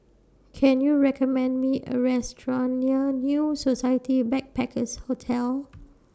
Can YOU recommend Me A Restaurant near New Society Backpackers' Hotel